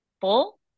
Full